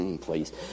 please